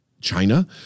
China